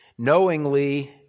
knowingly